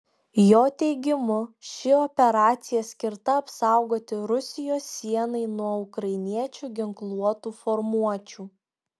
jo teigimu ši operacija skirta apsaugoti rusijos sienai nuo ukrainiečių ginkluotų formuočių